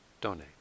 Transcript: donate